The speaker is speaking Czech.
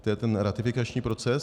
To je ten ratifikační proces.